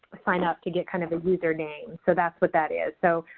ah sign up to get, kind of, a username. so that's what that is. so,